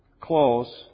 close